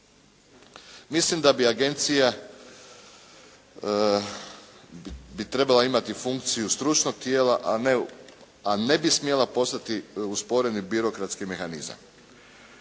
Mislim da bi agencija bi trebala imati funkciju stručnog tijela, a ne bi smjela postati usporeni birokratski mehanizam.